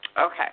Okay